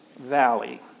valley